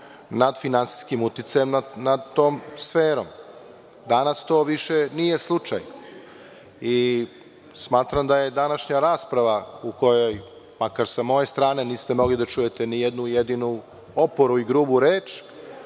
nad finansijskim uticajem nad tom sferom. Danas to više nije slučaj. Smatram da je današnja rasprava u kojoj, makar sa moje strane, niste mogli da čujete ni jednu jedinu oporu i grubu reč,